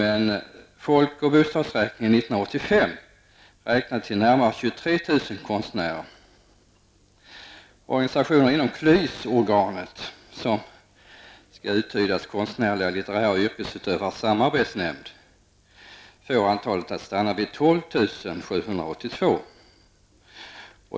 I folk och bostadsräkningen 1985 Organisationer inom KLYS-organet, alltså konstnärliga och litterära yrkesutövares samarbetsnämnd, får antalet att stanna vid 12 782.